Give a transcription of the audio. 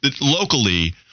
locally